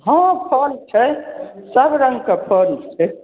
हँ फल छै सबरङ्गके फल छै